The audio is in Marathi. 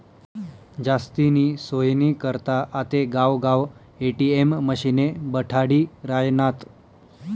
जास्तीनी सोयनी करता आते गावगाव ए.टी.एम मशिने बठाडी रायनात